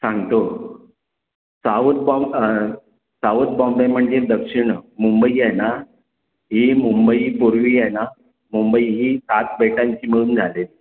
सांगतो south Bombay south Bombay म्हणजे दक्षिण मुंबई आहे ना ही मुंबई पूर्वी आहे ना मुंबई ही सात बेटांची मिळून झालेली